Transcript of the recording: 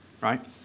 right